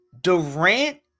Durant